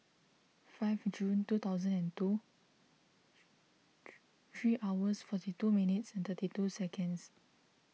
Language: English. five June two thousand and two three hours forty two minutes thirty two seconds